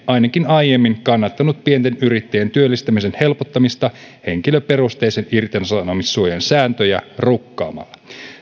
ainakin aiemmin kannattanut pienten yrittäjien työllistämisen helpottamista henkilöperusteisen irtisanomissuojan sääntöjä rukkaamalla